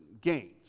gains